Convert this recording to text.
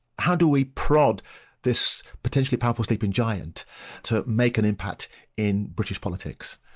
how do we prod this potentially powerful sleeping giant to make an impact in british politics.